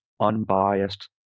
unbiased